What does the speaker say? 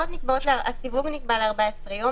הסיווג נקבע ל-14 ימים,